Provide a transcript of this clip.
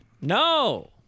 No